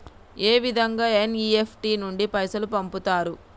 ఏ విధంగా ఎన్.ఇ.ఎఫ్.టి నుండి పైసలు పంపుతరు?